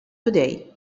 today